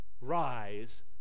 rise